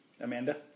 Amanda